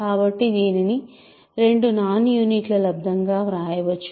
కాబట్టి దీనిని రెండు నాన్ యూనిట్ల లబ్దం గా వ్రాయవచ్చు